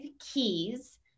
keys